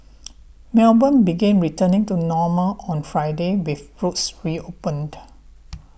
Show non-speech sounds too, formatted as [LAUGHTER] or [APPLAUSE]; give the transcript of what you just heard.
[NOISE] Melbourne began returning to normal on Friday with roads reopened